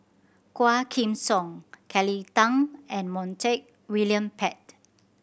Quah Kim Song Kelly Tang and Montague William Pett